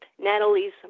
Natalie's